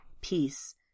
peace